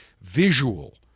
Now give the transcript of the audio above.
visual